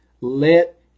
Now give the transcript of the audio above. let